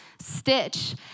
Stitch